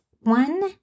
one